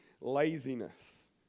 laziness